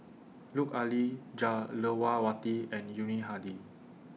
Lut Ali Jah Lelawati and Yuni Hadi